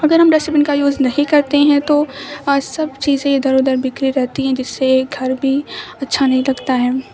اگر ہم dust bin کا یوز نہیں کرتے ہیں تو سب چیزیں ادھر ادھر بکھری رہتی ہیں جس سے گھر بھی اچھا نہیں لگتا ہے